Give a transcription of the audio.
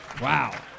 Wow